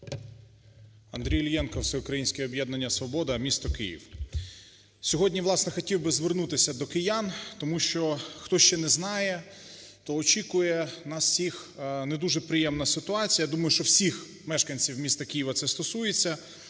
Андрій Іллєнко, Всеукраїнське об'єднання "Свобода", місто Київ. Сьогодні, власне, хотів би звернутися до киян, тому що хто ще не знає, то очікує нас всіх не дуже приємна ситуація, я думаю, що всіх мешканців міста Києва це стосується.